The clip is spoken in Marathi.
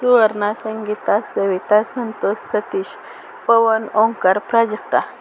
सुवर्ना संगीता सविता संतोष सतीश पवन ओंकार प्राजक्ता